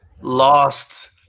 lost